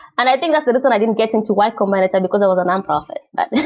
and i think that's the reason i didn't get into y combinator because i was a nonprofit. but yeah